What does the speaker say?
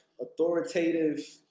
authoritative